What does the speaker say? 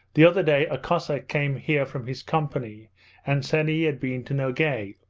the other day a cossack came here from his company and said he had been to nogay